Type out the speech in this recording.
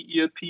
ERP